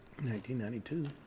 1992